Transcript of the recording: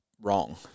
wrong